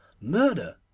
Murder